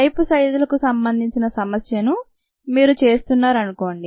pipe సైజులకు సంబంధించిన సమస్యను మీరు చేస్తున్నారనుకోండి